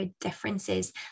differences